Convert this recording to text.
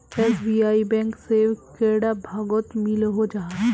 SBI bank से कैडा भागोत मिलोहो जाहा?